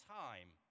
time